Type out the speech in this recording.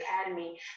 academy